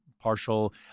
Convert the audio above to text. Partial